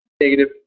Negative